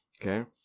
Okay